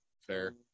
fair